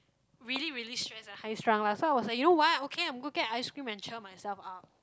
really really stress and high strung lah so I was like you know what okay I'm go get a ice cream and cheer myself up